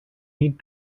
need